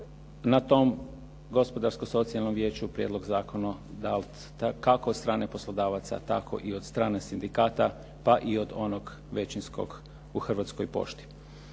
na tom Gospodarsko socijalnom vijeću prijedlog zakona dan kako od strane poslodavaca, tako i od strane sindikata pa tako i od onog većinskog u Hrvatskoj pošti